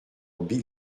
bill